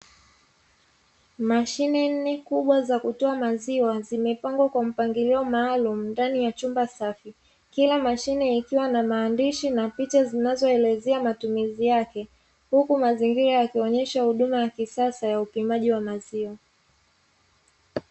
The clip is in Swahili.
Mashine nne kubwa za kutoa maziwa, zimepangwa kwa mpangilio maalumu ndani ya chumba safi, kila mashine ikiwa na maandishi na picha zinazoelezea matumizi yake, huku mazingira yakionyesha huduma ya kisasa ya upimaji wa maziwa.